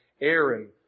Aaron